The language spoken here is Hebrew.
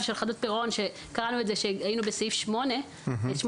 של חדלות פירעון שקראנו את זה עת היינו בסעיף 8 ו-9,